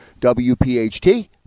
WPHT